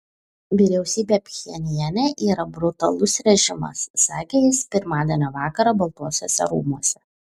vyriausybė pchenjane yra brutalus režimas sakė jis pirmadienio vakarą baltuosiuose rūmuose